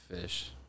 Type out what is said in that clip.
fish